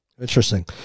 Interesting